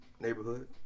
neighborhood